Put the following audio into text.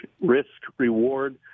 risk-reward